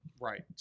Right